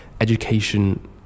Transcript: education